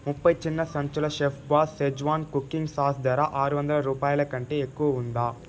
ముప్పై చిన్న సంచులు chef boss schezwan cooking sauce ధర ఆరువందలు రూపాయలకంటే ఎక్కువ ఉందా